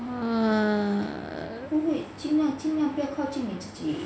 err